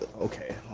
okay